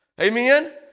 Amen